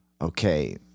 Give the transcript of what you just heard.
okay